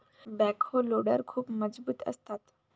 backhoe loader खूप मजबूत असतात